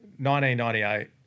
1998